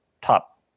top